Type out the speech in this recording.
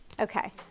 Okay